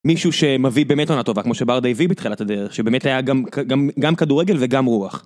מישהו שמביא באמת עונה טובה כמו שברדה הביא בתחילת הדרך שבאמת היה גם כדורגל וגם רוח.